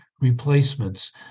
replacements